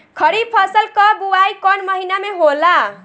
खरीफ फसल क बुवाई कौन महीना में होला?